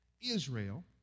Israel